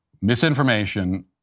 misinformation